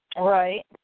Right